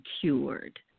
cured